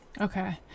Okay